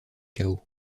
chaos